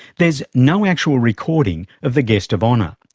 there's no actual recording of the guest of honour,